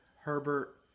herbert